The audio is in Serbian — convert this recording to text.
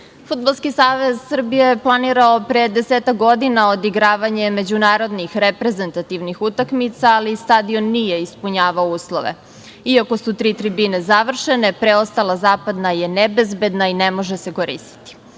19.Fudbalski savez Srbije je planirao pre desetak godina odigravanje međunarodnih reprezentativnih utakmica, ali stadion nije ispunjavao uslove. Iako su tri tribine završene, preostala zapadna je nebezbedna i ne može se koristiti. Kao